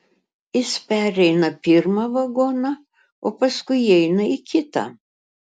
jis pereina pirmą vagoną o paskui įeina į kitą